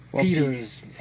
peters